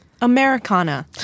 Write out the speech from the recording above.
Americana